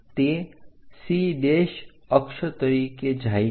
તે C અક્ષ તરીકે જાય છે